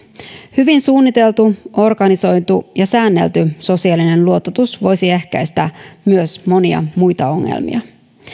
hyvin suunniteltu organisoitu ja säännelty sosiaalinen luototus voisi ehkäistä myös monia muita ongelmia